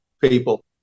people